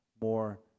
more